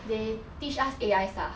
they teach us A_I stuff